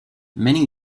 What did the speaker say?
many